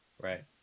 right